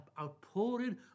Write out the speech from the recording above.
outpouring